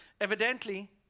Evidently